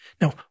Now